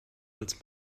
als